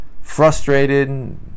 frustrated